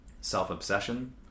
self-obsession